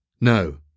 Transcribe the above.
no